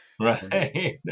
Right